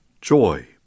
joy